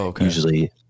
usually